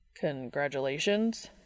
Congratulations